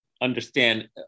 understand